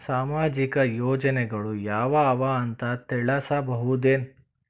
ಸಾಮಾಜಿಕ ಯೋಜನೆಗಳು ಯಾವ ಅವ ಅಂತ ತಿಳಸಬಹುದೇನು?